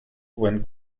when